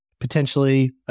potentially